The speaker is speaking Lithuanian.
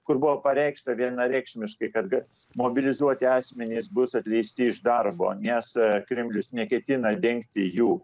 kur buvo pareikšta vienareikšmiškai kad ga mobilizuoti asmenys bus atleisti iš darbo nes kremlius neketina dengti jų